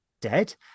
dead